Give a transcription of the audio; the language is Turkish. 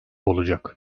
olacak